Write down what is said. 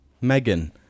Megan